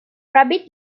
rabbit